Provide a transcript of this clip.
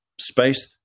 space